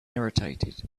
irritated